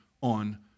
on